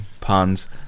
Puns